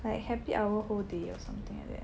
like happy hour whole day or something like that